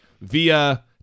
via